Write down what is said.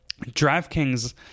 DraftKings